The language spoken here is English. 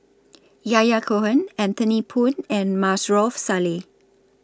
Yahya Cohen Anthony Poon and Maarof Salleh